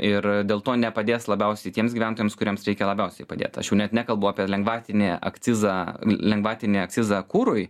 ir dėl to nepadės labiausiai tiems gyventojams kuriems reikia labiausiai padėt aš jau net nekalbu apie lengvatinį akcizą lengvatinį akcizą kurui